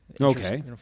Okay